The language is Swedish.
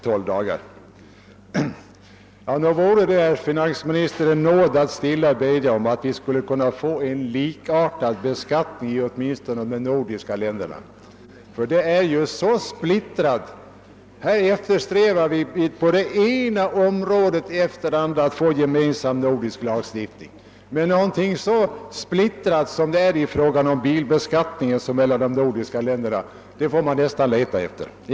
Nog vore det, herr finansminister, en nåd att stilla bedja om att vi fick en likartad beskattning åtminstone i de nordiska länderna. Vi eftersträvar på det ena området efter det andra att få en gemensam nordisk lagstiftning. Men någonting så splittrat som bilbeskattningen i de nordiska länderna får man leta efter.